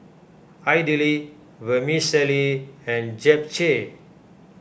Idili Vermicelli and Japchae